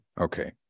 okay